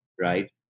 Right